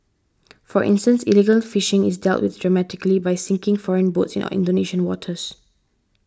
for instance illegal fishing is dealt with dramatically by sinking foreign boats in Indonesian waters